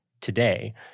today